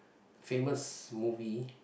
famous movie